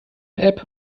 app